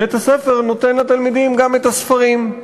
בית-הספר נותן לתלמידים גם את הספרים.